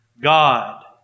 God